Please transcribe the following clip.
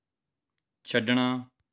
ਛੱਡਣਾ